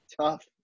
tough